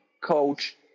coach